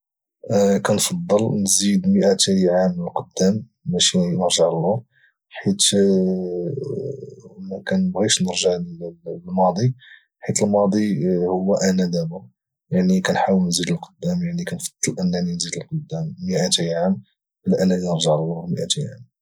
نزيد 200 كنفضل نزيد 200 عام القدام ماشي نرجع للور حيت ما كانبغيش نرجع للماضي حيت الماضي وانا دابا يعني كنحاول نزيد للقدام يعني اظن انني نزيد القدام 200 عام على انني نرجع اللور 200 عام